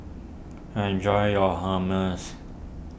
enjoy your Hummus